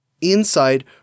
Inside